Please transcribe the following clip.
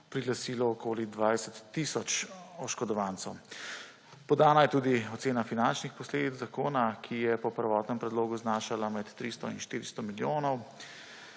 priglasilo okoli 20 tisoč oškodovancev. Podana je tudi ocena finančnih posledic zakona, ki je po prvotnem predlogu zanašala med 300 in 400 milijonov,